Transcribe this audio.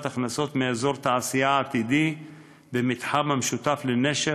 הכנסות מאזור תעשייה עתידי במתחם המשותף לנשר,